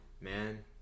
man